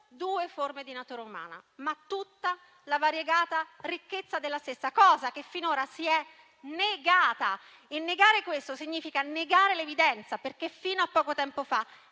due forme di natura umana, ma deve trovare albergo tutta la variegata ricchezza della stessa, cosa che finora si è negata e negare questo significa negare l'evidenza. Fino a poco tempo fa